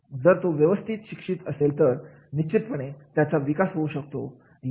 जर तो व्यवस्थित शिक्षित असेल तर निश्चितपणे त्याचा विकास होऊ शकतो